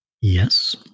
Yes